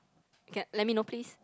okay let me know please